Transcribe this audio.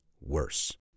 worse